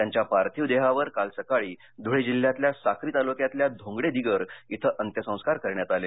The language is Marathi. त्यांच्या पार्थिव देहावर काल सकाळी धुळे जिल्ह्यातल्या साक्री तालुक्यातल्या धोंगडे दिगर इथ अंत्यसंस्कार करण्यात आले